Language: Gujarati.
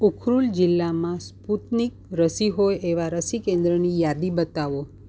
ઉખરુલ જિલ્લામાં સ્પુતનિક રસી હોય એવાં રસી કેન્દ્રની યાદી બતાવો